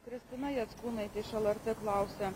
kristina jackūnaitė lrt klausia